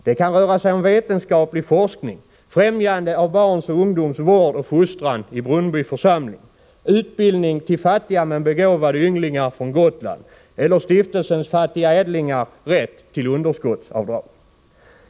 Det kan röra sig om vetenskaplig forskning, främjande av barns och ungdoms vård och fostran i Brunnby församling, utbildning till fattiga men begåvade ynglingar från Gotland eller rätt till underskottsavdrag för Stiftelsen Fattiga ädlingar .